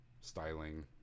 styling